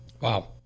Wow